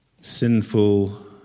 sinful